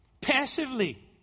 passively